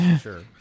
Sure